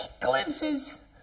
glimpses